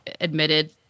admitted